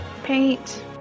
Paint